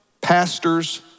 pastors